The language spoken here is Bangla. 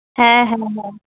হ্যাঁ হ্যাঁ হ্যাঁ